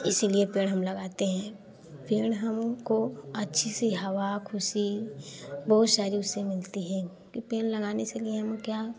इसीलिए पेड़ हम लगाते हैं पेड़ हमको अच्छी सी हवा ख़ुशी बहुत सारी सी मिलती है कि पेड़ लगाने सले हमें क्या